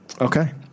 Okay